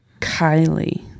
Kylie